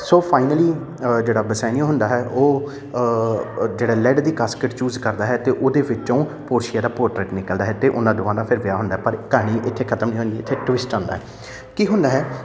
ਸੋ finally ਅ ਜਿਹੜਾ Bassanio ਹੁੰਦਾ ਹੈ ਉਹ ਅ ਜਿਹੜਾ ਲੈਡ ਦੀ ਕਾਸਕਿਟ ਚੂਜ ਕਰਦਾ ਹੈ ਅਤੇ ਉਹਦੇ ਵਿੱਚੋਂ ਪੋਰਸ਼ੀਆ ਦਾ ਪੋਰਟਰੇਟ ਨਿਕਲਦਾ ਹੈ ਅਤੇ ਉਹਨਾਂ ਦੋਵਾਂ ਦਾ ਫਿਰ ਵਿਆਹ ਹੁੰਦਾ ਪਰ ਕਹਾਣੀ ਇੱਥੇ ਖ਼ਤਮ ਨਹੀਂ ਹੋਈ ਇੱਥੇ ਟਵਿਸਟ ਆਉਂਦਾ ਹੈ ਕੀ ਹੁੰਦਾ ਹੈ